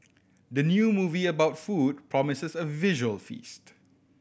the new movie about food promises a visual feast